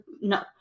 no